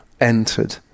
entered